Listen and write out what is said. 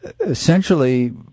essentially